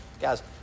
Guys